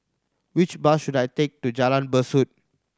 which bus should I take to Jalan Besut